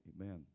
amen